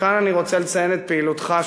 וכאן אני רוצה לציין את פעילותך,